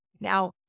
Now